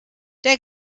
der